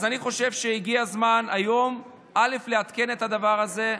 אז אני חושב שהגיע הזמן היום לעדכן את הדבר הזה,